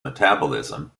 metabolism